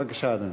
בבקשה, אדוני.